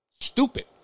stupid